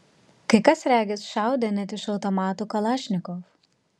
kai kas regis šaudė net iš automatų kalašnikov